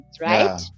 right